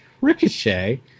Ricochet